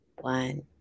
one